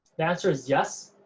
the answer is yes,